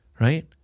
right